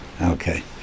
okay